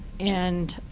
and